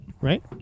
Right